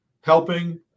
helping